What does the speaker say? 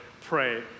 pray